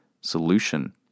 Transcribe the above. solution